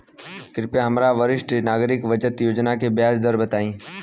कृपया हमरा वरिष्ठ नागरिक बचत योजना के ब्याज दर बताई